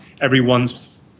everyone's